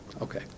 Okay